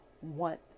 want